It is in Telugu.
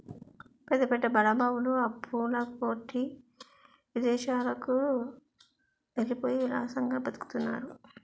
పెద్ద పెద్ద బడా బాబులు అప్పుల కొట్టి విదేశాలకు వెళ్ళిపోయి విలాసంగా బతుకుతున్నారు